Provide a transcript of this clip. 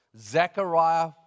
Zechariah